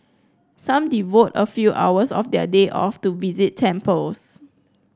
some devote a few hours of their day off to visit temples